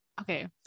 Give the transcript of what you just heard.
okay